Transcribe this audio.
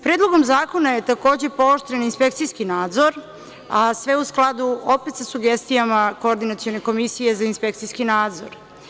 Predlogom zakona je takođe, pooštren inspekcijski nadzor, a sve u skladu opet sa sugestijama Koordinacione komisije za inspekcijski nadzor.